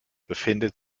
befindet